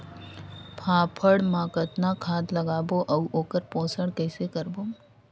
फाफण मा कतना खाद लगाबो अउ ओकर पोषण कइसे करबो?